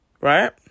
right